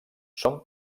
són